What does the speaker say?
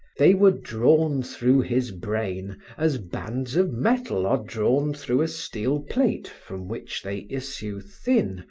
they were drawn through his brain as bands of metal are drawn through a steel-plate from which they issue thin,